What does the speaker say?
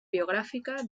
biogràfica